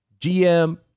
GM